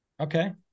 Okay